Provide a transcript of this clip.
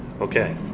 okay